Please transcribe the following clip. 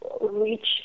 reach